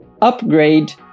upgrade